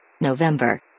November